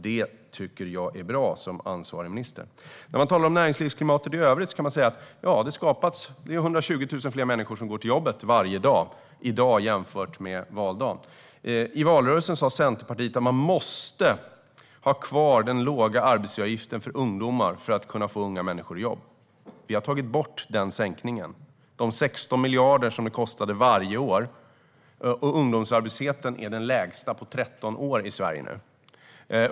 Det tycker jag som ansvarig minister är bra. När det gäller näringslivsklimatet i övrigt är det i dag 120 000 fler som går till jobbet varje dag jämfört med på valdagen. I valrörelsen sa Centerpartiet att den låga arbetsgivaravgiften för ungdomar måste vara kvar för att man skulle kunna få unga människor i jobb. Vi har tagit bort den sänkningen, de 16 miljarder det kostade varje år. Och ungdomsarbetslösheten är nu den lägsta på 13 år i Sverige.